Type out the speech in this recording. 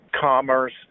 commerce